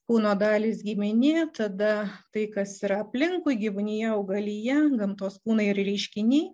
kūno dalys gimininė tada tai kas yra aplinkui gyvūnija augalija gamtos kūnai ir reiškiniai